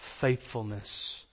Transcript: faithfulness